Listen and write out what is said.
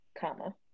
comma